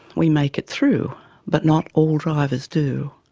we make it through but not all drivers do.